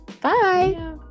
bye